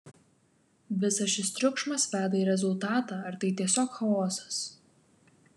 visas šis triukšmas veda į rezultatą ar tai tiesiog chaosas